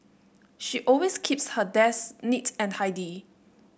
she always keeps her desk neat and tidy